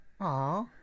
aww